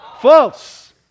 False